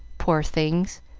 poor things,